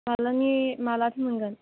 मालानि मालाथो मोनगोन